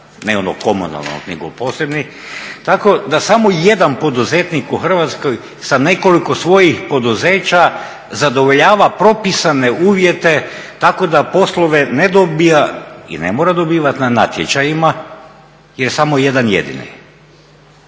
ne onog komunalnog nego posebnih. Tako da samo jedan poduzetnik u Hrvatskoj sa nekoliko svojim poduzeća zadovoljava propisane uvjete tako da poslove ne dobiva i ne mora dobivati na natječajima jer je samo jedan jedini.